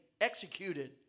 executed